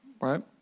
right